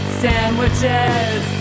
sandwiches